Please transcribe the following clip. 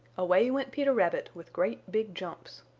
away went peter rabbit with great big jumps.